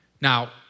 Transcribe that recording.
Now